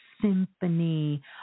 symphony